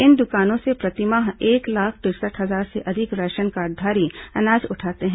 इन दुकानों से प्रतिमाह एक लाख तिरसठ हजार से अधिक राशन कार्डधारी अनाज उठाते हैं